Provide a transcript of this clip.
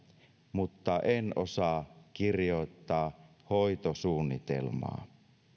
mutta en osaa kirjoittaa hoitosuunnitelmaa